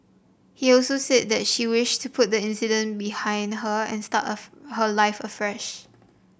he also said that she wished to put the incident behind her and start a her life afresh